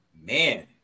Man